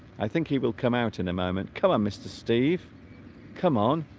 i think he will come out in a moment come on mr. steve come on